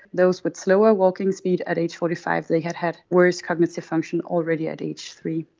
those with slower walking speed at age forty five, they had had worse cognitive function already at age three.